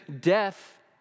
death